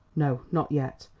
no, not yet.